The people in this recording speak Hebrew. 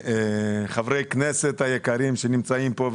חברי הכנסת היקרים שנמצאים פה,